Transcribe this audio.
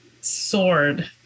sword